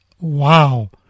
wow